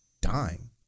dying